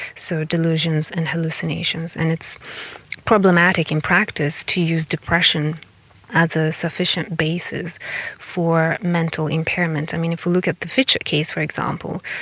so delusions and hallucinations. and it's problematic in practice to use depression as a sufficient basis for mental impairment. i mean, if we look at the fitchett case, for example,